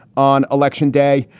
on election day.